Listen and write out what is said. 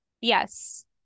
yes